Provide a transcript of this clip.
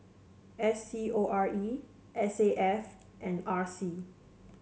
S C O R E S A F and R C